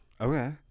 Okay